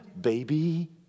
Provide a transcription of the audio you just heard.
baby